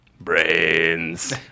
Brains